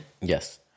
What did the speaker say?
Yes